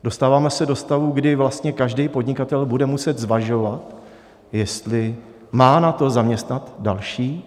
Dostáváme se do stavu, kdy vlastně každý podnikatel bude muset zvažovat, jestli má na to, zaměstnat další.